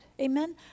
Amen